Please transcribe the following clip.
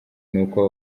n’uko